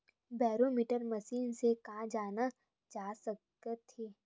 Barometer machine से का जाना जा सकत हे?